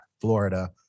Florida